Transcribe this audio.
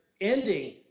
ending